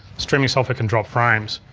streaming software can drop frames.